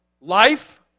life